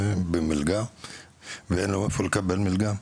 מצד שני אין לו איפה לקבל מלגה,